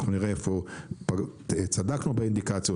אנחנו נראה איפה צדקנו באינדיקציות,